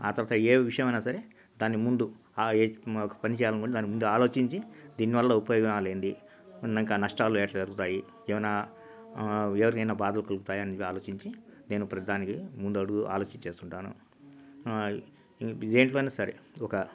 ఆ తర్వాత ఏ విషయమయిన సరే దాన్ని ముందు ఆవి మాకు పనిచేయాలనుకుని దాన్ని ముందు ఆలోచించి దీనివల్ల ఉపయోగాలేంది ఇంకా నష్టాలు ఎలా జరుగుతాయి ఏమయినా ఎవరినయినా బాధలు కలుగుతాయని అని ఆలోచించి నేను ప్రతిదానికి ముందడుగు ఆలోచిచ్చి చేస్తుంటాను ఇం దేంట్లోనయినా సరే ఒక